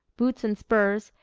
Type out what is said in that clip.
boots and spurs,